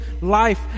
life